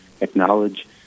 acknowledge